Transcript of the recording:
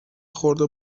خورده